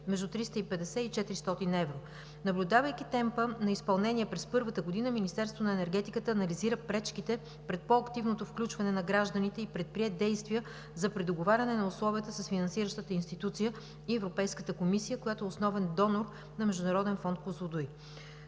между 350 и 400 евро. Наблюдавайки темпа на изпълнение през първата година, Министерството на енергетиката анализира пречките пред по-активното включване на гражданите и предприе действия за предоговаряне на условията с финансиращата институция и Европейската комисия, която е основен донор на Международен фонд „Козлодуй“.